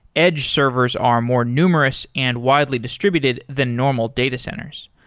edge servers are more numerous and widely distributed than normal data centers.